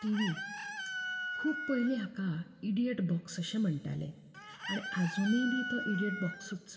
T V खूब पयलीं हाका इडियट बॉक्स अशे म्हणटाले आनी आजूनय बी तो इडियट बॉक्सूच